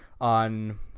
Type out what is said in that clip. on